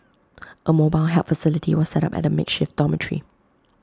A mobile help facility was set up at the makeshift dormitory